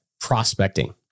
prospecting